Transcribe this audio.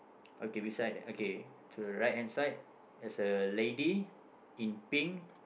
okay beside okay to the right hand side there's a lady in pink